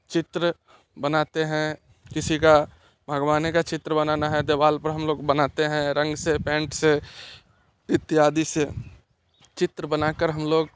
चित्र बनाते हैं किसी का भगवान का चित्र बनाना है दीवाल पर हम लोग बनाते हैं रंग से पेंट से इत्यादि से चित्र बनाकर हम लोग